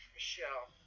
Michelle